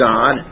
God